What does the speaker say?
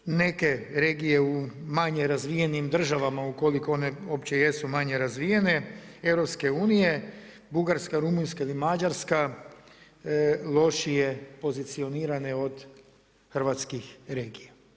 Samo su neke regije u manje razvijenim državama, ukoliko one uopće jesu manje razvijene EU, Bugarska, Rumunjska ili Mađarska lošije pozicionirane od hrvatskih regija.